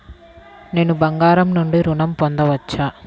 నేను బంగారం నుండి ఋణం పొందవచ్చా?